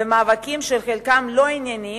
מאבקים שחלקם לא ענייניים,